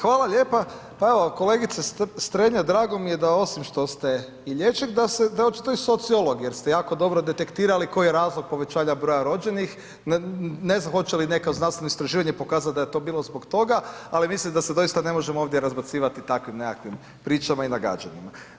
Hvala lijepa, evo kolegice Strenja drago mi je da osim što ste i liječnik da očito i sociolog jer ste jako dobro detektirali koji je razlog povećanja broja rođenih, ne znam hoće li neko znanstveno istraživanje pokazat da je to bilo zbog toga, ali mislim da se doista ne možemo ovdje razbacivati takvim nekakvim pričama i nagađanjima.